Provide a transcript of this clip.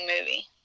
movie